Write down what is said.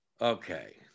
Okay